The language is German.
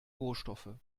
rohstoffe